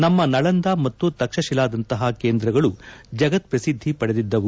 ನಮ್ಮ ನಳಂದಾ ಮತ್ತು ತಕ್ಷಶಿಲಾದಂತಹ ಕೇಂದ್ರಗಳು ಜಗತ್ ಪ್ರಸಿದ್ಧಿ ಪಡೆದಿದ್ದವು